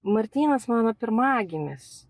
martynas mano pirmagimis